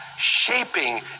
shaping